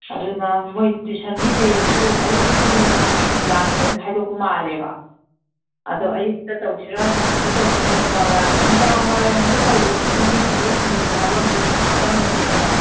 ꯑꯗꯨꯅ ꯃꯣꯏ ꯇꯨꯏꯁꯟꯒꯤ ꯕꯦꯁꯁꯨ ꯑꯌꯨꯛꯀꯤ ꯅꯨꯡꯊꯤꯟꯒꯤ ꯅꯨꯡꯗꯥꯡꯒꯤ ꯂꯣꯏꯅ ꯈꯥꯏꯗꯣꯛꯄ ꯃꯥꯜꯂꯦꯕ ꯑꯗꯣ ꯑꯌꯨꯛꯇ ꯇꯧꯁꯤꯔꯥ ꯅꯨꯡꯗꯤꯟꯗ ꯇꯧꯁꯤꯔꯥ ꯅꯨꯃꯤꯗꯥꯡ ꯋꯥꯏꯔꯝ ꯅꯨꯃꯤꯗꯥꯡ ꯋꯥꯏꯔꯝꯗ ꯇꯧꯕꯗꯨꯁꯨ ꯃꯤ ꯊꯤꯟꯗꯣꯛ ꯊꯤꯟꯖꯤꯟ ꯍꯥꯏꯕ ꯑꯝꯁꯨ ꯆꯪꯕꯅꯤꯅꯅꯦ